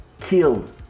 killed